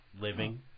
living